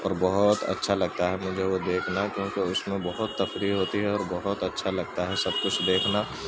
اور بہت اچھا لگتا ہے مجھے وہ دیکھنا کیوںکہ اس میں بہت تفریح ہوتی ہے اور بہت اچھا لگتا ہے سب کچھ دیکھنا